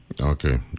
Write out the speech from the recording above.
Okay